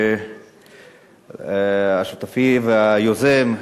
שותף ויוזם,